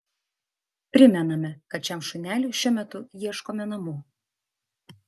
primename kad šiam šuneliui šiuo metu ieškome namų